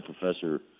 Professor